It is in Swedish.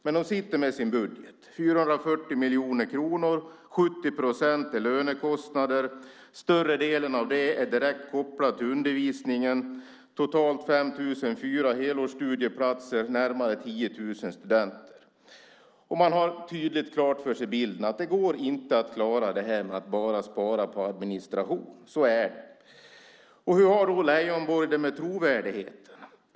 Men de sitter med sin budget - 440 miljoner kronor, där 70 procent är lönekostnader och större delen är kopplad till undervisningen med totalt 5004 helårsstudieplatser och närmare 10 000 studenter. Man har tydligt klart för sig att det inte går att klara detta genom att spara bara på administration. Så är det. Hur har Leijonborg det med trovärdigheten?